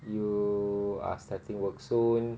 you are starting work soon